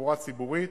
בתחבורה ציבורית,